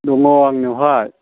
दङ आंनियावहाय